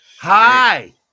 Hi